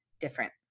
different